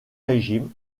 régime